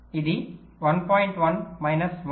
1 3 point minus 2 ఇది 1